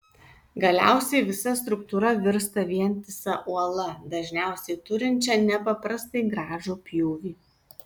galiausiai visa struktūra virsta vientisa uola dažniausiai turinčia nepaprastai gražų pjūvį